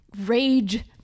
rage